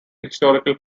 historical